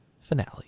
finale